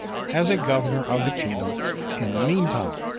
as a governor of the kingdom in the mean time.